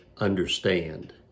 Understand